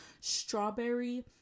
strawberry